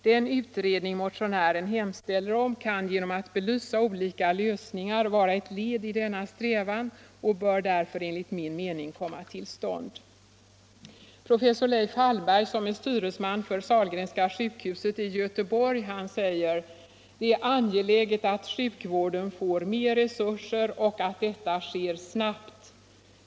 Den utredning motionären hemställer om kan genom att belysa olika lösningar vara ett led i denna strävan och bör därför enligt min mening komma till stånd.” Professor Leif Hallberg, styresman för Sahlgrenska sjukhuset i Göteborg, sade: ”Det är angeläget att sjukvården får mer resurser och att detta sker snabbt.